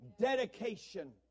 dedication